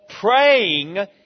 praying